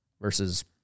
versus